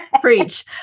Preach